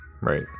Right